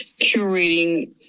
curating